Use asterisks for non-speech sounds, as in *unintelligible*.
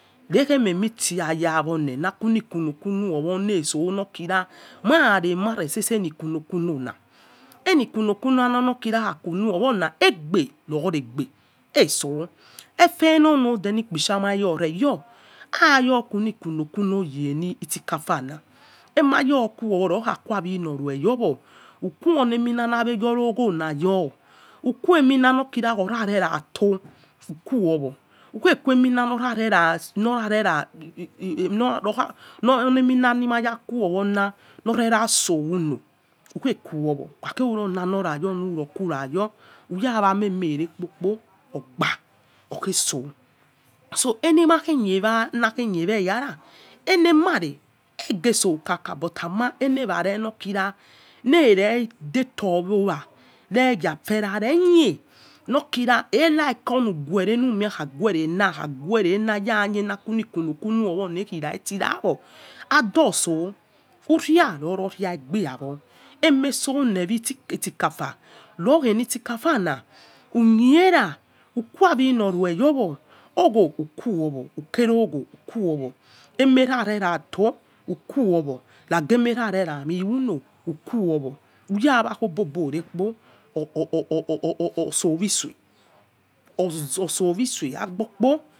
Neghe miemi i, itia aya wole, queli, quolo quolo khowo lisoh lokhira mairemare sese aine quolo quolona emie quolo quoloma quolowona aigbe none gbe esol, efe lonode nani ikpisha ma nai ore yo aiyo quoli quolo quolo aiue isikafa na aima yokuyowo hikhi akha kuwa awioi nore we yowo ukhuo one mina yo uaogho na wo iquni nokhereato uguwo, uqumina, lokhore ra soulo ugboquoyo ugha ghe ikho nanorayo lyokhokura yo urawa ema soulo ogba ughosol so enaghe khewa naghe khe egara ehamare ege suokaka but ama emeware ere deto owa meya ghai afera khe elike uniughure neghurema, aghhure anaya quoli quolo quolo wo rati nawo aidosol uraia noro strai gbe yawo emeso newelsikafa nohi aim isikafa na ukhera ukhi uqua awici wonew ogho uquowa ukere ugho uduowo. Eme khonerato uquowo. emekhone me'ụlo uquowo usoko obobo nere kpo orsue isu. *unintelligible*